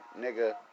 nigga